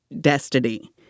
destiny